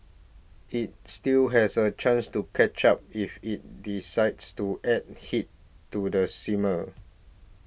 it still has a chance to catch up if it decides to add heat to the simmer